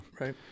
Right